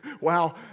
Wow